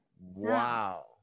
Wow